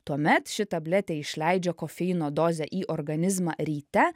tuomet ši tabletė išleidžia kofeino dozę į organizmą ryte